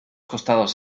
costados